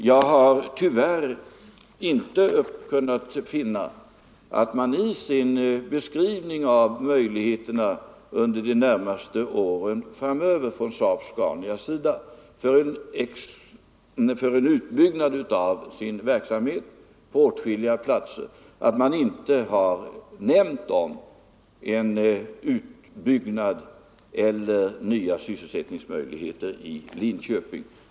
Jag har tyvärr inte kunnat finna av SAAB-Scanias beskrivning av möjligheterna till utbyggnad av verksamheten på åtskilliga platser under de närmaste åren framöver att företaget har nämnt någonting om en utbyggnad eller nya sysselsättningsmöjligheter i Linköping.